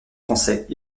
français